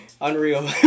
unreal